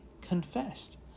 confessed